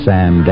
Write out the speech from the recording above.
Sam